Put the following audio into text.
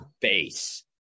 base